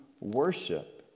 worship